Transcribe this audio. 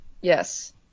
Yes